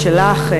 שלך,